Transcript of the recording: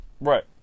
Right